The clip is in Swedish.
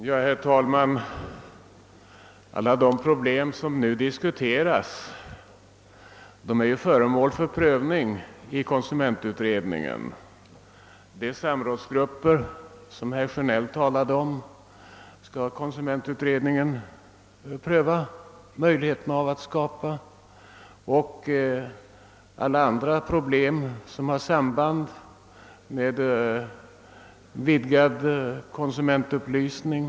Herr talman! Alla de problem som nu diskuteras är ju föremål för prövning i konsumentutredningen. Beträffande de samrådsgrupper som herr Sjönell talade om skall konsumentutredningen pröva förutsättningarna för att skapa sådana, och utredningen behandlar även alla andra problem som har samband med vidgad konsumentupplysning.